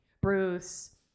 Bruce